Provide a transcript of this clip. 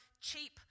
cheap